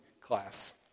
class